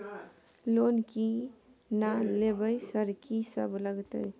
Loan की ना लेबय सर कि सब लगतै?